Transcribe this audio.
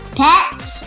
pets